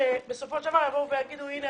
שבסופו של דבר יבואו ויאמרו שהנה,